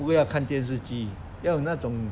不要看电视要有那种